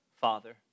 Father